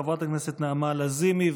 חברת הכנסת נעמה לזימי,